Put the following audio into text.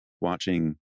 watching